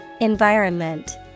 Environment